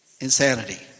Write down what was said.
Insanity